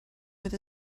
fydd